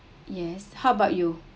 yes how about you